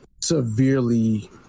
severely